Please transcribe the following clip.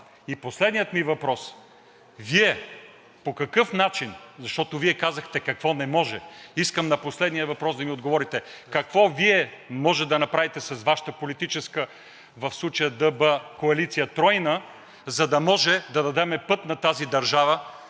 Последният ми въпрос: Вие по какъв начин, защото Вие казахте какво не може – искам на последния въпрос да ми отговорите: какво Вие може да направите с Вашата политическа, в случая ДБ – тройна коалиция, за да може да дадем път на тази държава,